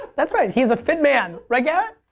that's right. he is a fit man. right, yeah